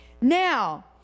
now